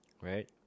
Right